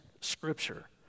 Scripture